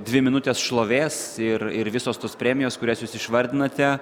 dvi minutės šlovės ir ir visos tos premijos kurias jūs išvardinote